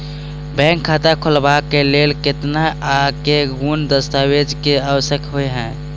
Bank खाता खोलबाबै केँ लेल केतना आ केँ कुन सा दस्तावेज केँ आवश्यकता होइ है?